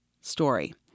story